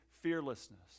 fearlessness